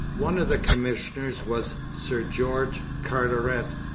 one of the commissioners was sir george carteret,